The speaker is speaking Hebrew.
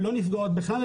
לא נפגעות בכלל,